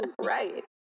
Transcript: right